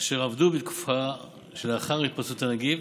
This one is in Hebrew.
אשר עבדו בתקופה שלאחר התפרצות הנגיף,